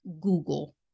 Google